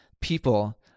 people